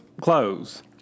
clothes